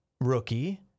Rookie